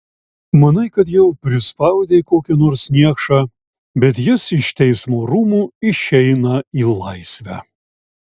manai kad jau prispaudei kokį nors niekšą bet jis iš teismo rūmų išeina į laisvę